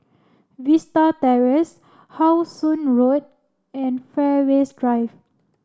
Vista Terrace How Sun Road and Fairways Drive